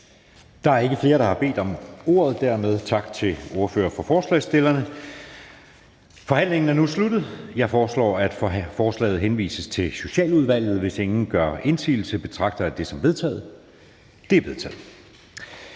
Der er ingen, der har bedt om ordet, så derfor tak til ordføreren for forslagsstillerne. Forhandlingen er nu sluttet. Jeg foreslår, at forslaget til folketingsbeslutning henvises til Socialudvalget. Og hvis ingen gør indsigelse, betragter jeg det som vedtaget. Det er vedtaget.